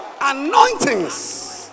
Anointings